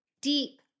deep